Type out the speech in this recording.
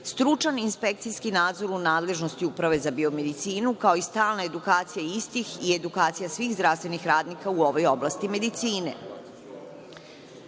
stručan inspekcijski nadzor u nadležnosti Uprave za biomedicinu, kao i stalna edukacija istih i edukacija svih zdravstvenih radnika u ovoj oblasti medicine. Predlogom